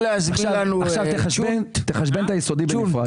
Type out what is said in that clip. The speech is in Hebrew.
תחשבן את היסודי בנפרד.